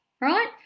right